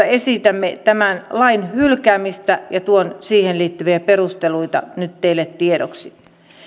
esitämme tämän lain hylkäämistä ja tuon siihen liittyviä perusteluita nyt teille tiedoksi